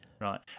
right